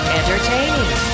entertaining